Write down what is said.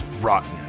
rotten